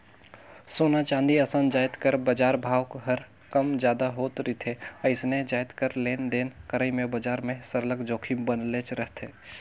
सोना, चांदी असन जाएत कर बजार भाव हर कम जादा होत रिथे अइसने जाएत कर लेन देन करई में बजार में सरलग जोखिम बनलेच रहथे